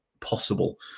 possible